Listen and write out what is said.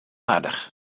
aardich